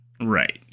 Right